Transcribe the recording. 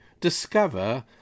Discover